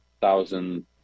thousand